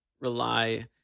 rely